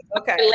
okay